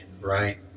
right